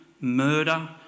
murder